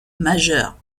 majeure